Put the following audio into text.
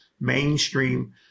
mainstream